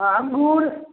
आओर अँगूर